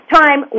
time